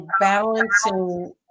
balancing